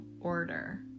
order